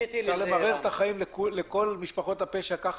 אתה ממרר את החיים לכל משפחות הפשע כך